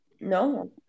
No